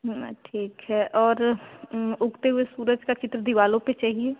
हाँ ठीक है और उगते हुए सूरज का चित्र दीवारों पर चाहिए